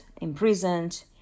imprisoned